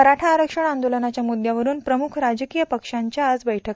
मराठा आरक्षण आंदोलनाच्या मुद्यावरून प्रमुख राजकीय पक्षांच्या आज बैठका